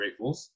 gratefuls